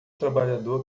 trabalhador